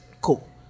Cool